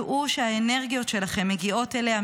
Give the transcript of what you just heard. דעו שהאנרגיות שלכם מגיעות אליה,